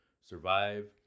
survive